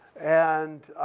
and